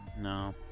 no